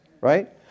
Right